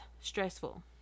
stressful